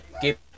keep